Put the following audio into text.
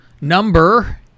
number